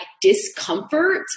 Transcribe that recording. discomfort